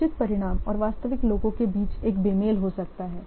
नियोजित परिणाम और वास्तविक लोगों के बीच एक बेमेल हो सकता है